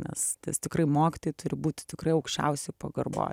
nes tas tikrai mokytojai turi būti tikrai aukščiausioj pagarboj